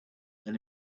and